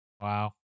Wow